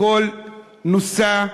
הכול נוסה,